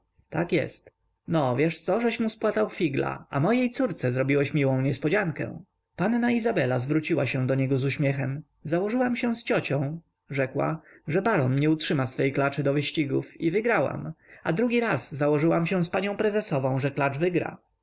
tak jest no wiesz co żeś mu spłatał figla a mojej córce zrobiłeś miłą niespodziankę panna izabela zwróciła się do niego z uśmiechem założyłam się z ciocią rzekła że baron nie utrzyma swojej klaczy do wyścigów i wygrałam a drugi raz założyłam się z panią prezesową że klacz wygra